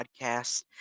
podcast